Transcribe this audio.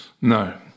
No